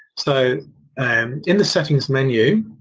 so um in the settings menu,